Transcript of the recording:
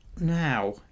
now